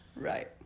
right